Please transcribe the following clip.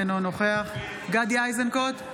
אינו נוכח גדי איזנקוט,